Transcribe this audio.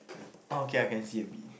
oh okay I can see a bit